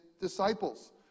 disciples